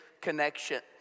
connection